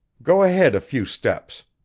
go ahead a few steps,